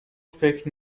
فکر